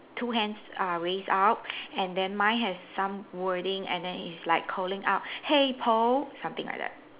two hands are raised out and then mine has some wording and then it's like calling out hey Paul something like that